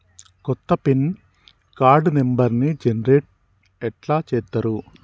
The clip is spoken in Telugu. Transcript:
కొత్త పిన్ కార్డు నెంబర్ని జనరేషన్ ఎట్లా చేత్తరు?